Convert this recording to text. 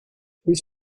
please